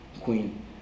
Queen